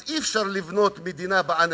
אז אי-אפשר לבנות מדינה בעננים.